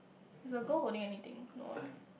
is the girl holding anything no right